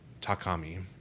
Takami